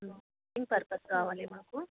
ఇంపర్పస్ కావాలి మాకు